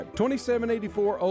2784